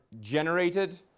generated